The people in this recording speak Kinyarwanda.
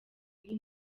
nti